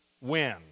win